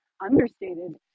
understated